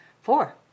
Four